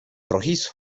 rojizo